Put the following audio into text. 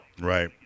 Right